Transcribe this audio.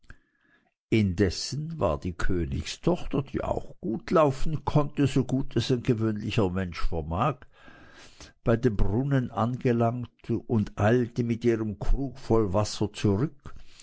indessen war die königstochter die auch gut laufen konnte so gut es ein gewöhnlicher mensch vermag bei dem brunnen angelangt und eilte mit ihrem krug voll wasser zurück